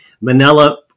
manila